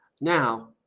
now